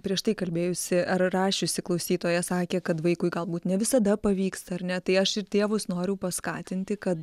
prieš tai kalbėjusi ar rašiusi klausytoja sakė kad vaikui galbūt ne visada pavyksta ar ne tai aš ir tėvus noriu paskatinti kad